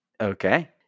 Okay